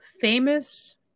famous